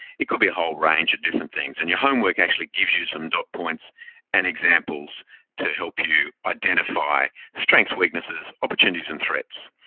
it could be a whole range of different things. and your homework actually gives you some dot points and examples to help you identify strengths, weaknesses, opportunities and threats.